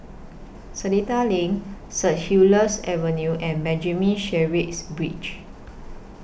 Seletar LINK Saint Helier's Avenue and Benjamin Sheares Bridge